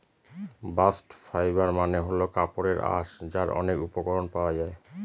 bast fibre মানে হল কাপড়ের আঁশ যার অনেক উপকরণ পাওয়া যায়